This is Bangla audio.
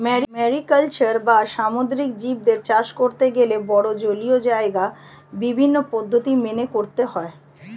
ম্যারিকালচার বা সামুদ্রিক জীবদের চাষ করতে গেলে বড়ো জলীয় জায়গায় বিভিন্ন পদ্ধতি মেনে করতে হয়